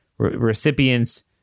recipients